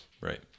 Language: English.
right